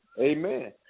Amen